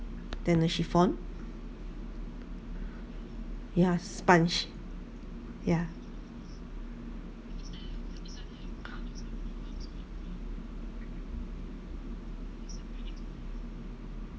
than a chiffon yeah sponge yeah